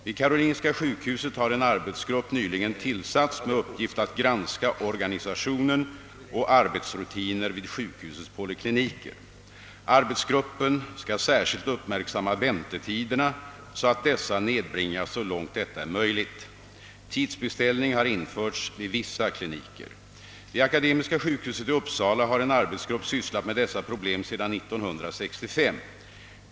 Vid karolinska sjukhuset har en arbetsgrupp nyligen tillsatts med uppgift att granska organisation och arbetsrutiner vid sjukhusets polikliniker. Arbetsgruppen skall särskilt uppmärksamma väntetiderna, så att dessa nedbringas så långt detta är möjligt. Tidsbeställning har införts vid vissa kliniker. Vid akademiska sjukhuset i Uppsala har en arbetsgrupp sysslat med dessa problem sedan år 1965.